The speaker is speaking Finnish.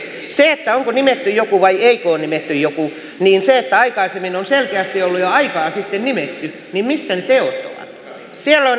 mitä tulee siihen onko nimetty joku vai eikö ole nimetty joku niin aikaisemmin on selkeästi ollut jo aikaa sitten nimetty missä ne teot ovat